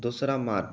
ᱫᱚᱥᱨᱟ ᱢᱟᱨᱪ